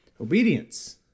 Obedience